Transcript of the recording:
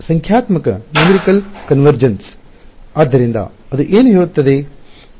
ಆದ್ದರಿಂದ ಅದು ಏನು ಹೇಳುತ್ತದೆ